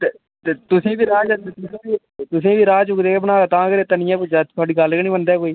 ते ते तुसें ई बी राह् जंदे तुसें ई बी राह् चुकदे गै बनाए दा तां गै रेत्ता निं ऐ पुज्जे दा थुआढ़ी गल्ल गै निं मन्नदा ऐ कोई